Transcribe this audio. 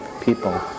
people